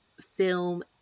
film